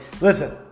listen